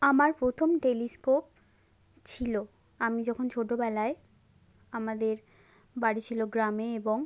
আমার প্রথম টেলিস্কোপ ছিলো আমি যখন ছোটোবেলায় আমাদের বাড়ি ছিলো গ্রামে এবং